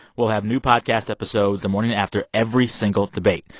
we'll have new podcast episodes the morning after every single debate,